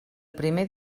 primer